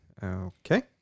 Okay